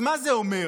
אז מה זה אומר?